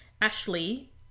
Ashley